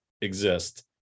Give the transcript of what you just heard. exist